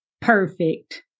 perfect